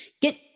Get